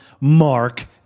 Mark